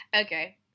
Okay